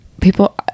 people